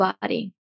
body